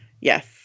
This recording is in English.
Yes